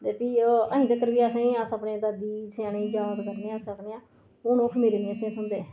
ते फ्ही ओह् तकर नी असें अस अपनी दादी स्यानें दी याद करने आं अस आखने आं हुन ओह् खमीरे नी असेंगी थ्होंदे